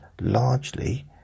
largely